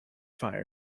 fire